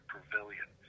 Pavilion